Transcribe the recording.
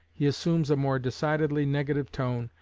he assumes a more decidedly negative tone,